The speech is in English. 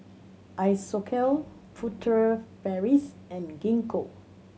Isocal Furtere Paris and Gingko